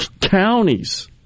counties